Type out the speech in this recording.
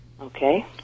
Okay